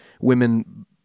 women